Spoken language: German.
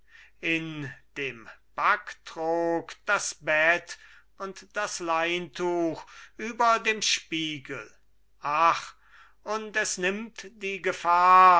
in dem backtrog das bett und das leintuch über dem spiegel ach und es nimmt die gefahr